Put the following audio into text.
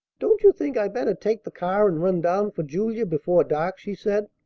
don't you think i'd better take the car and run down for julia before dark? she said.